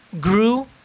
grew